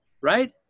Right